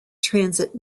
transit